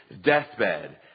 deathbed